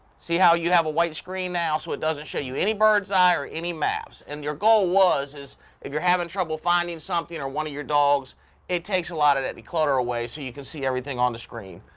see how you have a white screen now so it doesn't show you any birdseye or any maps and your goal was is if you're having trouble finding something or one of your dogs it takes a lot of that declutter away so you can see everything on the screen.